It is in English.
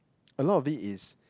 a lot of it is